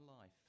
life